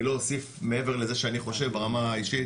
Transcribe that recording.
אני לא אוסיף מעבר לזה שאני חושב ברמה האישית,